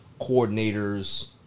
coordinators